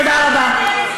תודה רבה.